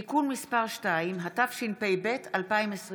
(תיקון מס' 2), התשפ"ב 2022,